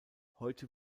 heute